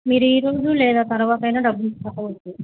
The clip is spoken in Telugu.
మీరు ఈరోజు లేదా తర్వాతైనా డబ్బులు కట్టవచ్చు